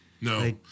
no